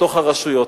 בתוך הרשויות.